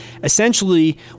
Essentially